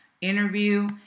interview